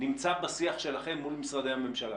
נמצא בשיח שלכם מול משרדי הממשלה?